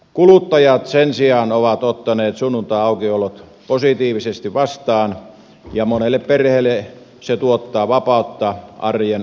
kuluttajat sen sijaan ovat ottaneet sunnuntaiaukiolot positiivisesti vastaan ja monelle perheelle se tuottaa vapautta arjen askareiden suunnitteluun